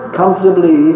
comfortably